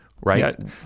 Right